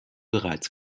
bereits